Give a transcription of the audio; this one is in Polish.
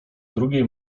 drugiej